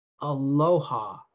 Aloha